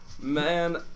Man